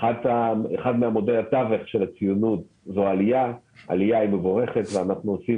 אחד מעמודי התווך של הציונות זו העלייה שהיא מבורכת ואנחנו עושים